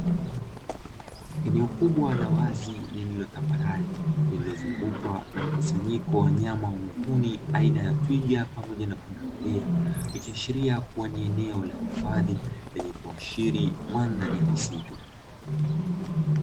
Eneo kubwa la wazi lililo tambarare, lililozungukwa na mkusanyiko wa wanyama wa mwituni aina ya twiga pamoja na pundamilia, ikiashiria kuwa ni eneo la hifadhi lenye kuashiri mandhari ya misitu.